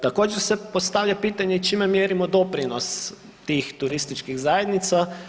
Također se postavlja pitanje čime mjerimo doprinos tih turističkih zajednica?